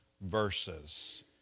verses